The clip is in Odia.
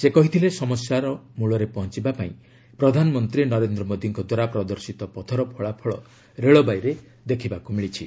ସେ କହିଥିଲେ ସମସ୍ୟାର ମୂଳରେ ପହଞ୍ଚିବା ପାଇଁ ପ୍ରଧାନମନ୍ତ୍ରୀ ନରେନ୍ଦ୍ର ମୋଦୀଙ୍କ ଦ୍ୱାରା ପ୍ରଦର୍ଶିତ ପଥର ଫଳାଫଳ ରେଳବାଇରେ ଦେଖିବାକୁ ମିଳିଛି